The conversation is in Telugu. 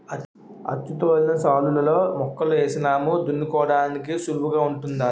అచ్చుతోలిన శాలులలో మొక్కలు ఏసినాము దున్నుకోడానికి సుళువుగుంటాది